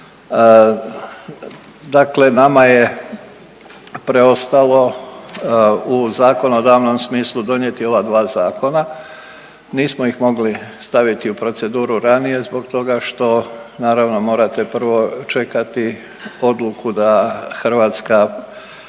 Dakle nama je preostalo u zakonodavnom smislu donijeti ova dva zakona, nismo ih mogli staviti u proceduru ranije zbog toga što naravno morate prvo čekati odluku da Hrvatska